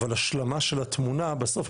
אבל ההשלמה של התמונה בסוף,